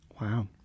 Wow